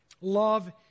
Love